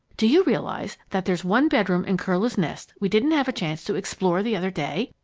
do you realize that there's one bedroom in curlew's nest we didn't have a chance to explore the other day?